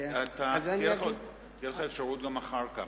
תהיה לך אפשרות גם אחר כך.